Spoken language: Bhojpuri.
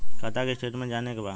खाता के स्टेटमेंट जाने के बा?